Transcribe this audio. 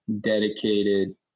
dedicated